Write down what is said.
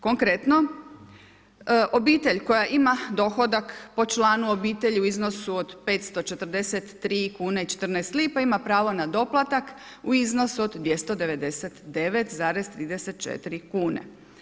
Konkretno obitelj koja ima dohodak po članu obitelji u iznosu od 543 kune i 14 lipa ima pravo na doplatak u iznosu od 299,34 kune.